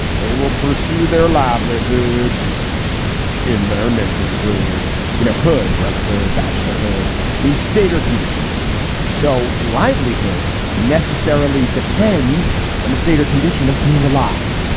they will pursue their livelihoods in their neighborhoods. you know, hould brotherhood batcheller hoods means state or condition so livelihood necessarily depends on the state or condition of being alive.